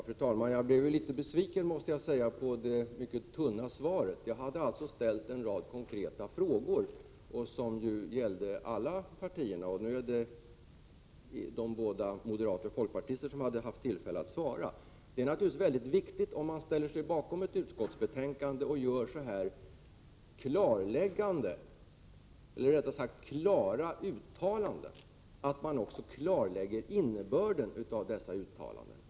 Fru talman! Jag måste säga att jag blev litet besviken på det mycket tunna svaret. Jag hade ställt en rad konkreta frågor, som gällde alla partierna. Nu hade de båda talarna från moderata samlingspartiet och folkpartiet haft tillfälle att svara. Det är naturligtvis mycket viktigt, om man ställer sig bakom majoriteten i ett utskottsbetänkande och gör så här klara ställningstaganden, att man också klarlägger innebörden av dessa uttalanden.